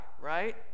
right